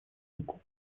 руку